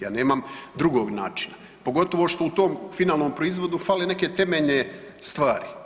Ja nemam drugog načina pogotovo što u tom finalnom proizvodu fale neke temeljne stvari.